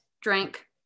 drank